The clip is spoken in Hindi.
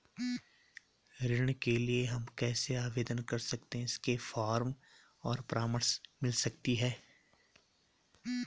ऋण के लिए हम कैसे आवेदन कर सकते हैं इसके फॉर्म और परामर्श मिल सकती है?